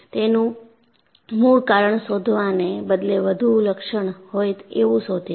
તેનું મૂળ કારણ શોધવાને બદલે વધુ લક્ષણ હોય એવું શોધે છે